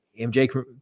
MJ